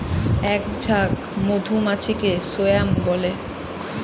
এক ঝাঁক মধুমাছিকে স্বোয়াম বলে